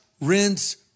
rinse